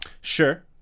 Sure